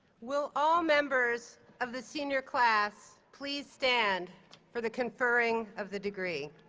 will all members of the senior class please stand for the conferring of the degree.